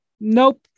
nope